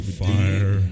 fire